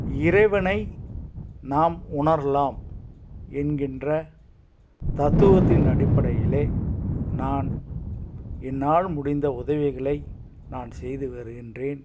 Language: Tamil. இறைவனை நாம் உணரலாம் என்கின்ற தத்துவத்தின் அடிப்படையில் நான் என்னால் முடிந்த உதவிகளை நான் செய்து வருகின்றேன்